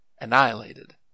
annihilated